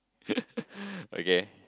okay